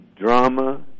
drama